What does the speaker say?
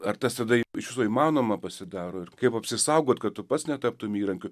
ar tas tada iš viso įmanoma pasidaro ir kaip apsisaugot kad tu pats netaptum įrankiu